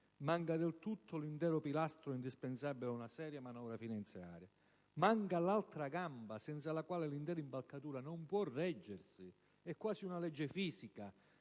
manca del tutto l'intero pilastro indispensabile ad una seria manovra finanziaria; manca l'altra gamba senza la quale l'intera impalcatura non si può reggere. È quasi una legge fisica.